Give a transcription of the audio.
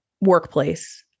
workplace